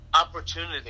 Opportunity